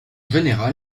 général